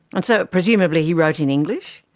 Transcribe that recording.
and so presumably he wrote in english?